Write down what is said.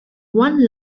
one